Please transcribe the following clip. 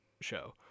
show